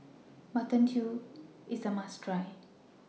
Mutton Stew IS A must Try